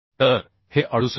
तर हे 68